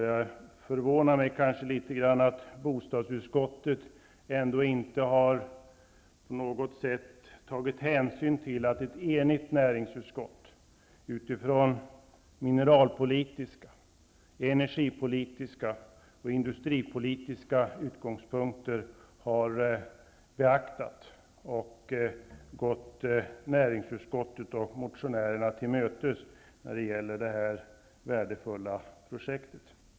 Jag förvånar mig över att bostadsutskottet inte har tagit hänsyn till att ett enigt näringsutskott med utgångspunkt i mineral-, energi och industripolitiska ställningstaganden har beaktat frågorna och gått näringsutskottet till mötes när det gäller det värdefulla projektet.